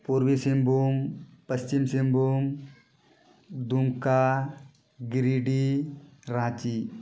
Purbi Singhbhum Paschim Singhbhum Dumka Giridih Ranchi